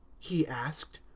he asked.